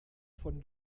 von